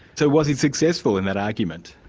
so was it successful in that argument?